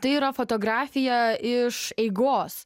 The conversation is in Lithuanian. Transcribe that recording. tai yra fotografija iš eigos